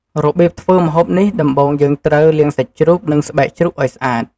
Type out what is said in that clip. របៀបធ្វើម្ហូបនេះដំបូងយើងត្រូវ លាងសាច់ជ្រូក និងស្បែកជ្រូកឱ្យស្អាត។